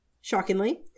shockingly